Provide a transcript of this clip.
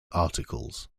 articles